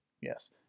Yes